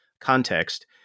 context